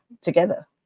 together